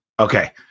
Okay